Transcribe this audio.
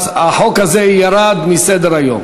הצעת החוק תועבר להכנתה לקריאה